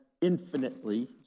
infinitely